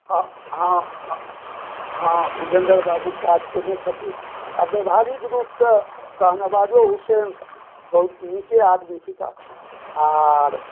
हँ हँ विजयेंदर बाबू काज केने छथिन आ व्यवहारिक रूपसॅं शहनवाजो हुसैन बहुत नीके आदमी थिकाह आर